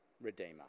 redeemer